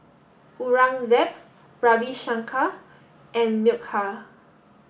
Aurangzeb Ravi Shankar and Milkha